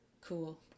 cool